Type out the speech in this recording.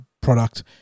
product